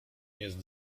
jest